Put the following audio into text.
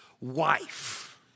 wife